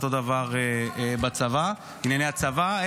ואותו דבר בענייני הצבא,